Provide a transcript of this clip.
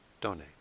donate